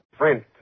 print